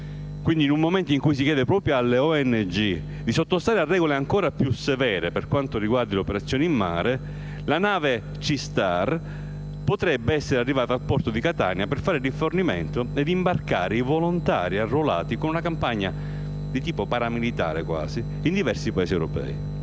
In un momento in cui si chiede proprio alle ONG di sottostare a regole ancora più severe per quanto riguarda le operazioni in mare, la nave C-Star potrebbe essere arrivata al porto di Catania per fare rifornimento e imbarcare i volontari arruolati con una campagna di tipo quasi paramilitare in diversi Paesi europei.